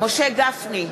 משה גפני,